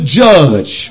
judge